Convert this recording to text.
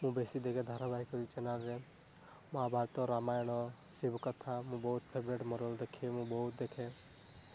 ମୁଁ ବେଶୀ ଦେଖେ ଧାରାବାହିକ ଏହି ଚ୍ୟାନେଲ୍ରେ ମହାଭାରତ ରାମାୟଣ ଶିବକଥା ମୁଁ ବହୁତ ଫେବରାଇଟ୍ ମୋର ଦେଖେ ମୁଁ ବହୁତ ଦେଖେ